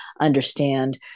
understand